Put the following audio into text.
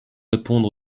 répondre